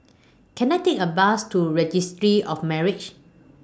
Can I Take A Bus to Registry of Marriages